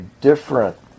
different